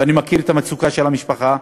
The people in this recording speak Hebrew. ואני מכיר את המצוקה של המשפחה,